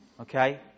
Okay